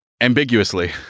ambiguously